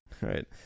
right